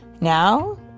Now